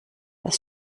das